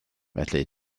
felly